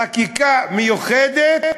חקיקה מיוחדת,